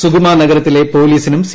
സുഗ്മ നഗരത്തിലെ പോലീസിനും സി